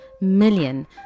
million